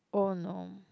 oh no